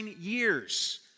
years